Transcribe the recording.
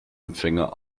empfänger